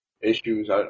issues